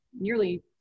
nearly